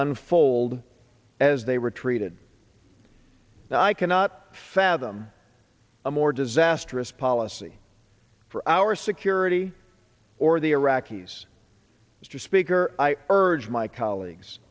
unfold as they were treated i cannot fathom a more disastrous policy for our security or the iraqis mr speaker i urge my colleagues